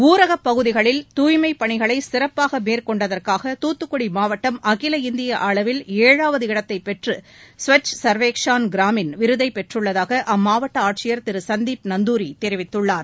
ஊரகப்பகுதிகளில் தூய்மைப் பணிகளை சிறப்பாக மேற்கொண்டதற்காக தூத்துக்குடி மாவட்டம் அகில இந்திய அளவில் ஏழாவது இடத்தைப் பெற்று ஸ்வச் சர்வேக்ஷாள் கிராமின் விருதைப் பெற்றுள்ளதாக அம்மாவட்ட ஆட்சியர் திரு சந்தீப் நந்தூரி தெரிவித்துள்ளார்